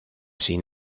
seen